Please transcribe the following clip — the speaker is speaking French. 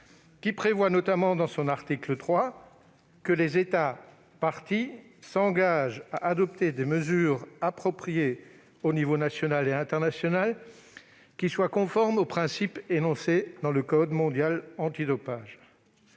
qui prévoit notamment, dans son article 3, que les États parties s'engagent à « adopter des mesures appropriées aux niveaux national et international qui soient conformes aux principes énoncés dans le code [mondial antidopage]